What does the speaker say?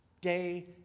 Day